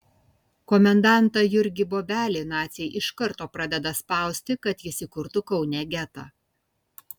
komendantą jurgį bobelį naciai iš karto pradeda spausti kad jis įkurtų kaune getą